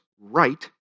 right